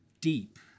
deep